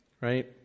Right